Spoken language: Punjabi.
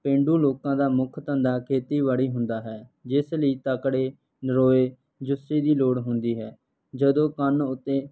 ਪੇਂਡੂ ਲੋਕਾਂ ਦਾ ਮੁੱਖ ਧੰਦਾ ਖੇਤੀਬਾੜੀ ਹੁੰਦਾ ਹੈ ਜਿਸ ਲਈ ਤਕੜੇ ਨਰੋਏ ਜੁੱਸੇ ਦੀ ਲੋੜ ਹੁੰਦੀ ਹੈ ਜਦੋਂ ਕੰਨ ਉੱਤੇ